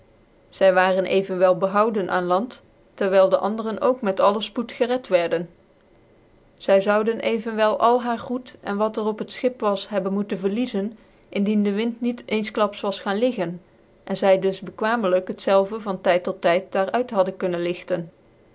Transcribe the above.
zy kwamen evenwel behouden aan land tcrwyl de anderen ook met alle fpocd gered wierden zy zouden evenwel al haar goed en wat er op het schip was hebben moeten verliezen indien de wind niet een klaps was gaan leggen en zy dus bckwamclyk het zelve van tyd tot tyd daar uit hadden kunnen